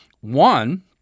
One